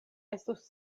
estus